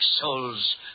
souls